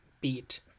beat